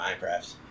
Minecraft